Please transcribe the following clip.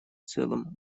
целом